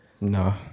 No